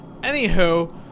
Anywho